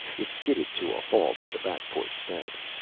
it skidded to a halt at the back-porch steps.